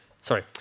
sorry